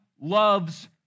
loves